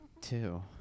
Two